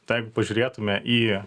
tai jeigu pažiūrėtume į